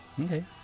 Okay